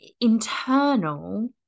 internal